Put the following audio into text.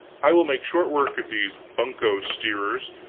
i will make short work of these bunco-steerers.